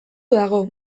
dago